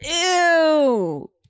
Ew